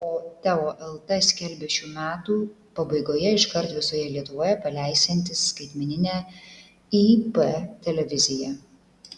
o teo lt skelbia šių metų pabaigoje iškart visoje lietuvoje paleisiantis skaitmeninę ip televiziją